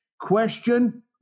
question